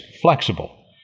flexible